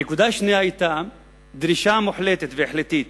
הנקודה השנייה היתה דרישה מוחלטת והחלטית